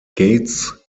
gates